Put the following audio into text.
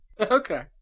Okay